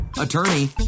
attorney